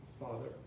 Father